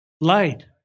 light